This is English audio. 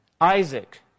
Isaac